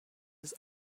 his